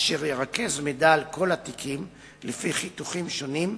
אשר ירכז מידע על כל התיקים לפי חיתוכים שונים,